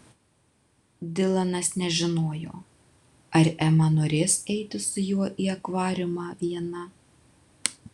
dilanas nežinojo ar ema norės eiti su juo į akvariumą viena